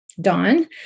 dawn